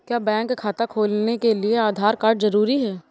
क्या बैंक खाता खोलने के लिए आधार कार्ड जरूरी है?